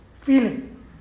feeling